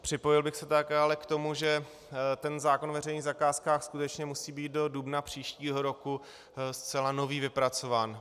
Připojil bych se také ale k tomu, že zákon o veřejných zakázkách skutečně musí být do dubna příštího roku zcela nově vypracován.